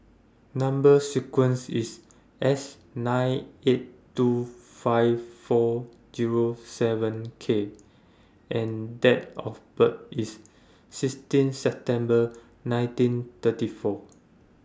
Number sequence IS S nine eight two five four Zero seven K and Date of birth IS sixteen September nineteen thirty four